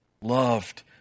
loved